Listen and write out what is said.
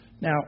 Now